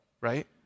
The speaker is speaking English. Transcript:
right